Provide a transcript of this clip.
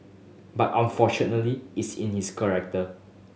but unfortunately it's in his collector